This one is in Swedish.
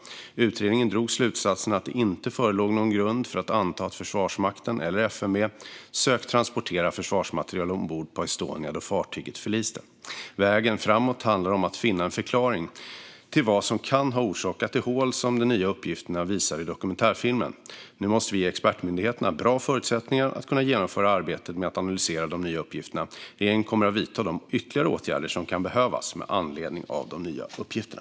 Utredningen drog slutsatsen att det inte förelåg någon grund för att anta att Försvarsmakten eller FMV sökt transportera försvarsmateriel ombord på Estonia då fartyget förliste. Vägen framåt handlar om att finna en förklaring till vad som kan ha orsakat det hål som de nya uppgifterna visar i dokumentärfilmen. Nu måste vi ge expertmyndigheterna bra förutsättningar att kunna genomföra arbetet med att analysera de nya uppgifterna. Regeringen kommer att vidta de ytterligare åtgärder som kan behövas med anledning av de nya uppgifterna.